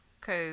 Cause